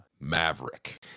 Maverick